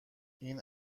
این